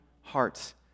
hearts